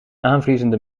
aanvriezende